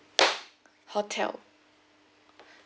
hotel